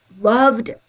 loved